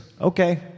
Okay